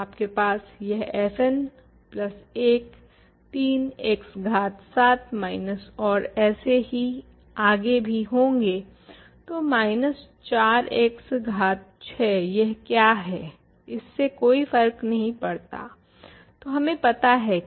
तो आपके पास जो fn प्लस 1 है यह 3 x घात 7 माइनस ऐसे ही आगे भी हो सकता है या 4x घात 6 इससे फर्क नहीं पड़ता यह क्या है हमें बस g पता है